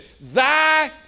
Thy